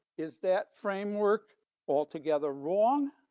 is that framework altogether wrong?